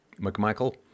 McMichael